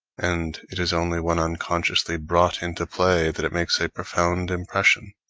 and it is only when unconsciously brought into play that it makes a profound impression.